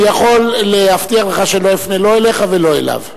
אני יכול להבטיח לך שלא אפנה לא אליך ולא אליו.